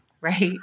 right